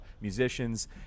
musicians